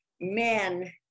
men